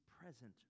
present